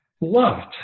Loved